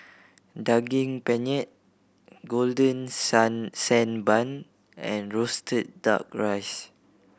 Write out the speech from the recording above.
Daging Penyet golden sand sand bun and roasted Duck Rice